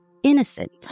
innocent